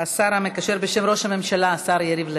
השר המקשר בשם ראש הממשלה, השר יריב לוין.